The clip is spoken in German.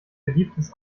beliebtes